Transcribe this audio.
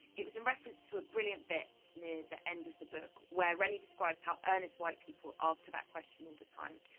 it was in reference to a brilliant bit near the end of the book when reni describes how earnest white people ask her that all the time,